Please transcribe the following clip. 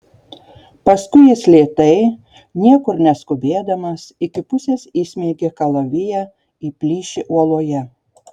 paskui jis lėtai niekur neskubėdamas iki pusės įsmeigė kalaviją į plyšį uoloje